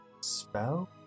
spell